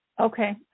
Okay